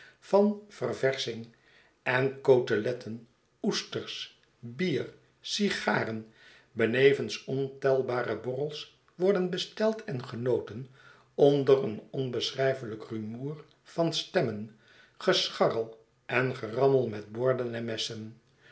van verversching en coteletten oesters bier sigaren benevens ontelbare borrels worden besteld en genoten onder een onbeschrijfelijk rumoer van stemmen gescharrel en gerammel met borden en messen